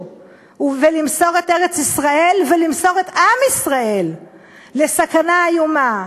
ולמסור את ארץ-ישראל ולמסור את עם ישראל לסכנה איומה,